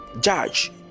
judge